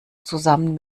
zusammen